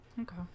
okay